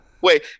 wait